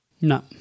No